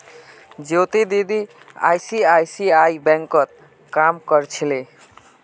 ज्योति दीदी आई.सी.आई.सी.आई बैंकत काम कर छिले